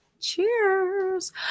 Cheers